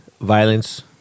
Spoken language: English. violence